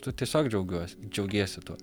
tu tiesiog džiaugiuos džiaugiesi tuo